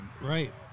right